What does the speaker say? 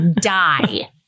die